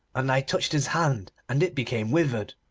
and i touched his hand, and it became withered.